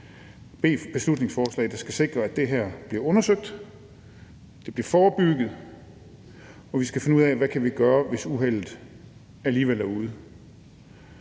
beslutningsforslag, der skal sikre, at det her bliver undersøgt og bliver forebygget, og vi skal finde ud af, hvad vi kan gøre, hvis uheldet alligevel er ude.